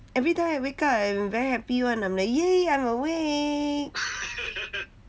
every day I wake I am very happy [one] I'm like !yay! I'm awake